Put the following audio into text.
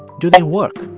do they work?